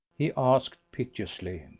he asked piteously.